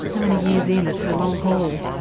how many years in? it's a long haul.